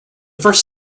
first